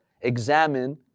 examine